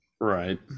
Right